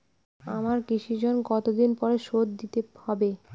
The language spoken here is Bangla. আমার কৃষিঋণ কতদিন পরে শোধ দিতে হবে?